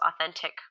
authentic